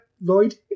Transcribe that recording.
Lloyd